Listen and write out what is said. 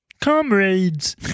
Comrades